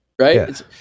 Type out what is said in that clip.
right